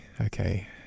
okay